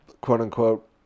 quote-unquote